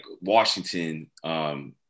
Washington